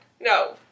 No